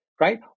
Right